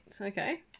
Okay